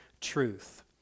truth